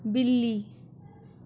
बिल्ली